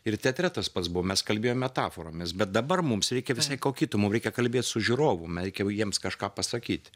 ir teatre tas pats buvo mes kalbėjom metaforomis bet dabar mums reikia visai ko kito mum reikia kalbėt su žiūrovu man reikia jiems kažką pasakyt